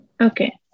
okay